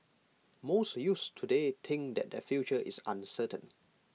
most youths today think that their future is uncertain